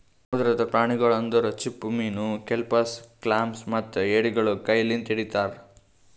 ಸಮುದ್ರದ ಪ್ರಾಣಿಗೊಳ್ ಅಂದುರ್ ಚಿಪ್ಪುಮೀನು, ಕೆಲ್ಪಸ್, ಕ್ಲಾಮ್ಸ್ ಮತ್ತ ಎಡಿಗೊಳ್ ಕೈ ಲಿಂತ್ ಹಿಡಿತಾರ್